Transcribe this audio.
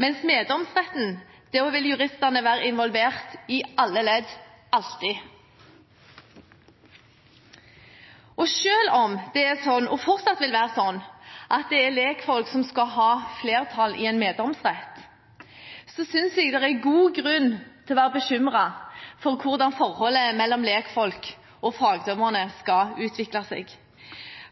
mens ved meddomsretten vil juristene være involvert i alle ledd, alltid. Selv om det er sånn, og fortsatt vil være sånn, at det er legfolk som skal ha flertall i en meddomsrett, synes jeg det er god grunn til å være bekymret for hvordan forholdet mellom legfolk og fagdommerne skal utvikle seg.